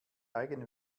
eigene